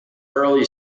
early